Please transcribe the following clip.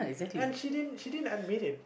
and she didn't she didn't admit it